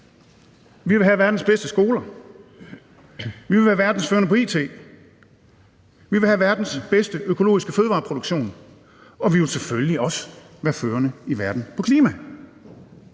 Vi vil have verdens bedste skoler, vi vil være verdensførende på it, vi vil have verdens bedste økologiske fødevareproduktion, og vi vil selvfølgelig også være førende i verden på klima.